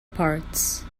parts